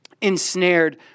ensnared